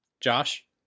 Josh